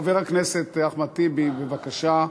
חבר הכנסת אחמד טיבי, בבקשה.